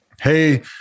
hey